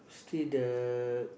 still the